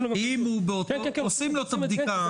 עושים לו את הבדיקה.